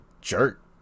jerk